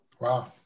Wow